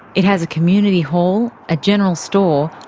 it has a community hall, a general store,